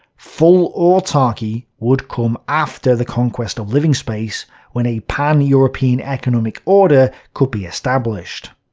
full-autarky would come after the conquest of living space when a pan-european economic order could be established.